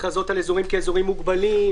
הכרזות על אזורים כאזורים מוגבלים,